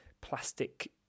plastic